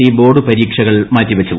E board പരീക്ഷകൾ മാറ്റിവച്ചു